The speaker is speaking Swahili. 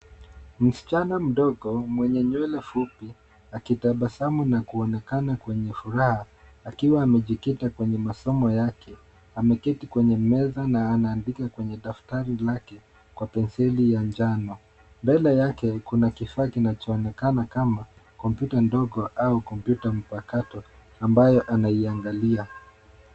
Msichana mdogo mwenye nywele fupi akitabasamu na kuonekana kwenye furaha akiwa amejikita kwenye masomo yake. Ameketi kwenye meza na anaandika kwenye daftari lake kwa penseli ya njano. Mbele yake kuna kifaa kinachoonekana kama kompyuta ndogo au kompyuta mpakato ambayo anaiangalia.